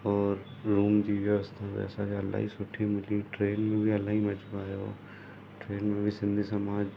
ओर रूम जी व्यवस्था बि असांखे इलाही सुठी मिली ट्रेन में बि इलाही मज़ो आहियो ट्रेन में बि सिंधी समाज